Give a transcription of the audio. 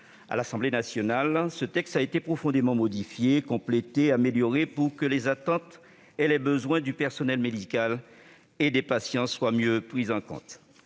À l'Assemblée nationale, ce texte a été profondément modifié, complété, amélioré pour que les attentes et les besoins du personnel médical et des patients soient mieux pris en compte.